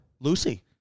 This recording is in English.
Lucy